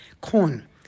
corn